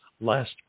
Last